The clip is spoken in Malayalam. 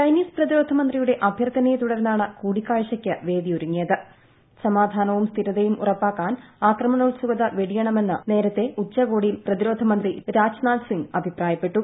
ചൈനീസ് പ്രതിരോധമന്ത്രിയുടെ ആഭ്യർത്ഥനയെ തുടർന്നാണ് കൂടിക്കാഴ്ചയ്ക്ക് വേദി ഒരുങ്ങിയത്ത് സമാധാനവും സ്ഥിരതയും ഉറപ്പാക്കാൻ ആക്രനോസുകിൽ വെടിയണമെന്ന് നേരത്തെ ഉച്ച്കോടിയിൽ പ്രതിരോധമുന്തി രാ്ജ്നാഥ് സിംഗ് അഭിപ്രായപ്പെട്ടു